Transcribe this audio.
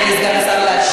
בואי ניתן לסגן השר להשיב,